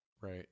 Right